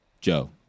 Joe